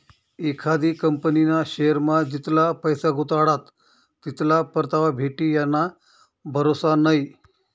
एखादी कंपनीना शेअरमा जितला पैसा गुताडात तितला परतावा भेटी याना भरोसा नै